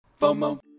FOMO